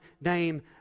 name